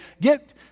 get